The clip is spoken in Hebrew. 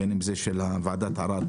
בין אם זה של ועדת ערר,